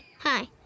Hi